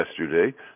yesterday